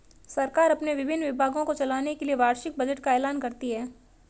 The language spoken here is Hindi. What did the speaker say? सरकार अपने विभिन्न विभागों को चलाने के लिए वार्षिक बजट का ऐलान करती है